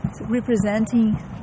representing